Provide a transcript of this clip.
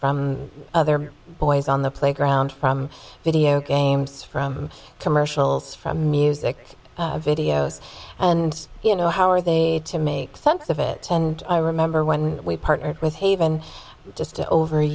from other boys on the playground from videogames from commercials from music videos and you know how are they to make sense of it and i remember when we partnered with haven just over a